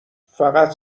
فقط